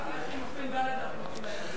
רק על לחלופין ד' אנחנו רוצים להצביע.